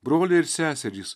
broliai ir seserys